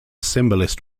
symbolist